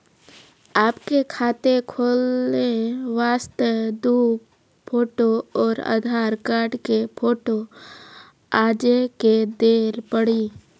आपके खाते खोले वास्ते दु फोटो और आधार कार्ड के फोटो आजे के देल पड़ी?